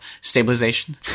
stabilization